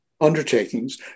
undertakings